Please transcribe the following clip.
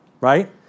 right